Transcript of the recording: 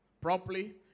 properly